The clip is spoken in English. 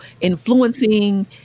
influencing